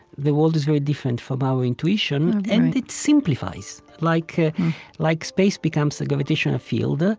the world is very different from our intuition. and it simplifies, like ah like space becomes a gravitational field. ah